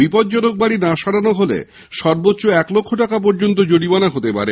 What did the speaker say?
বিপজ্জনক বাড়ি না সারানো হলে সর্বোচ্চ এক লক্ষ টাকা পর্যন্ত জরিমানা হতে পারে